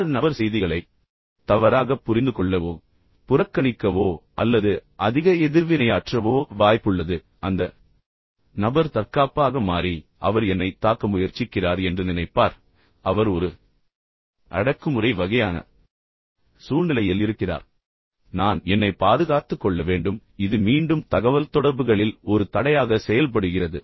மற்ற நபர் செய்திகளை தவறாகப் புரிந்துகொள்ளவோ புறக்கணிக்கவோ அல்லது அதிக எதிர்வினையாற்றவோ வாய்ப்புள்ளது அந்த நபர் தற்காப்பாக மாறி அவர் என்னைத் தாக்க முயற்சிக்கிறார் என்று நினைப்பார் அவர் ஒரு அடக்குமுறை வகையான சூழ்நிலையில் இருக்கிறார் எனவே நான் என்னைப் பாதுகாத்துக் கொள்ள வேண்டும் இது மீண்டும் தகவல்தொடர்புகளில் ஒரு தடையாக செயல்படுகிறது